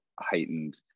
heightened